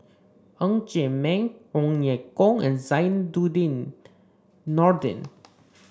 Ng Chee Meng Ong Ye Kung and Zainudin Nordin